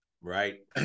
Right